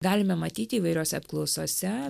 galime matyti įvairiose apklausose